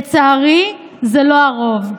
לצערי זה לא הרוב.